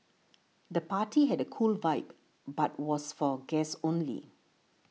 the party had a cool vibe but was for guests only